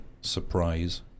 surprise